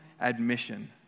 admission